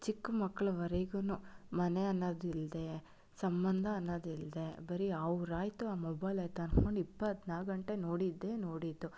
ಚಿಕ್ಕ ಮಕ್ಕಳವರೆಗೂ ಮನೆ ಅನ್ನೋದಿಲ್ಲದೆ ಸಂಬಂಧ ಅನ್ನೋದಿಲ್ಲದೆ ಬರೀ ಅವರಾಯಿತು ಆ ಮೊಬೈಲ್ ಆಯಿತು ಅನ್ಕೊಂಡು ಇಪ್ಪತ್ತ್ನಾಲ್ಕು ಗಂಟೆ ನೋಡಿದ್ದೇ ನೋಡಿದ್ದು